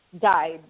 died